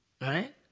right